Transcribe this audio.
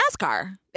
NASCAR